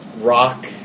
rock